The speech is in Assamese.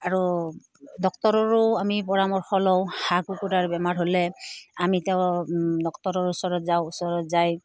আৰু ডাক্তৰৰো আমি পৰামৰ্শ লওঁ হাঁহ কুকুৰাৰ বেমাৰ হ'লে আমি তেওঁ ডাক্তৰৰ ওচৰত যাওঁ ওচৰত যাই